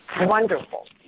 Wonderful